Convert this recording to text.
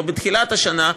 לא בתחילת השנה,